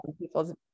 people's